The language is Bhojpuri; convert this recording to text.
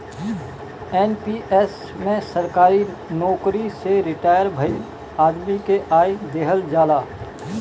एन.पी.एस में सरकारी नोकरी से रिटायर भईल आदमी के आय देहल जाला